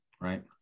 right